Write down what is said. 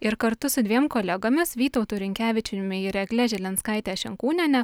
ir kartu su dviem kolegomis vytautu rimkevičiumi ir egle žilinskaite šinkūniene